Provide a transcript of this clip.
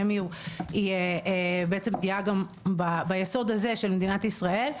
מי הוא היא בעצם פגיעה גם ביסוד הזה של מדינת ישראל,